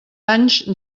anys